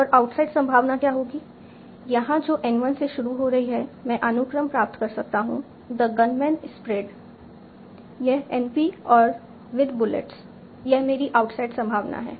और आउटसाइड संभावना क्या होगी यहां जो N 1 से शुरू हो रही है मैं अनुक्रम प्राप्त कर सकता हूं द गनमैन स्प्रेड यह NP और विद बुलेट्स यह मेरी आउटसाइड संभावना है